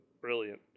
brilliant